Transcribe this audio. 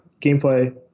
gameplay